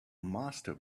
master